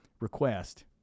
request